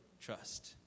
Trust